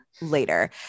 later